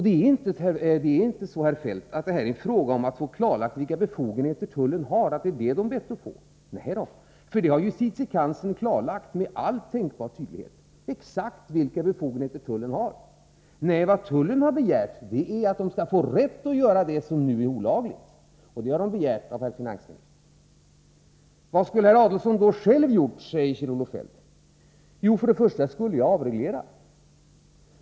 Det är inte så, herr Feldt, att det här är fråga om att få klarlagt vilka befogenheter tullen har, att det skulle vara detta man har bett om. Nej då. Justitiekanslern har med all tänkbar tydlighet klarlagt exakt vilka befogenheter tullen har. Vad tullen har begärt är att man skall få rätt att göra det som nu är olagligt. Det är vad man har begärt av herr finansministern. Vad skulle herr Adelsohn då själv ha gjort? säger Kjell-Olof Feldt. För det första skulle jag avreglera.